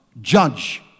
judge